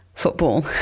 football